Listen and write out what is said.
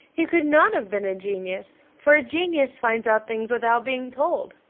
he could not have been a genius, for a genius finds out things without being told.